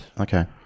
okay